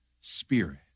spirit